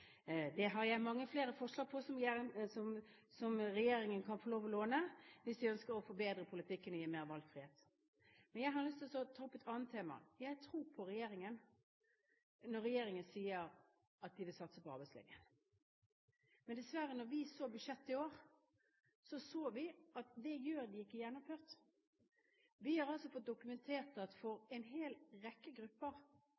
god idé. Jeg har mange flere forslag som regjeringen kan få lov til å låne hvis den ønsker å forbedre politikken og gi mer valgfrihet. Men jeg har lyst til å ta opp et annet tema. Jeg tror på regjeringen når den sier at den vil satse på arbeidsledige. Men, dessverre: Da vi så budsjettet i år, så vi at det gjør de ikke gjennomført. Vi har fått dokumentert at